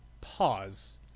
pause